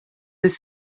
this